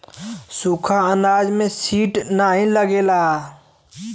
सुखा अनाज में सीड नाही लगेला